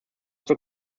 zur